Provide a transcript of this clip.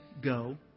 go